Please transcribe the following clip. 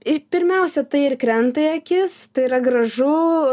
ir pirmiausia tai ir krenta į akis tai yra gražu